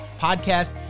podcast